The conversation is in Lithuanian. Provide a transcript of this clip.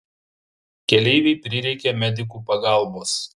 keleivei prireikė medikų pagalbos